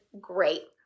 great